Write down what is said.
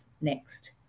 Next